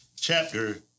chapter